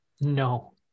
No